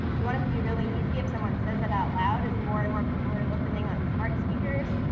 you want it to be really easy if someone says it out loud is more and more people are listening on smart speakers,